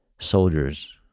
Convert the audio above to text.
soldiers